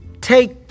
Take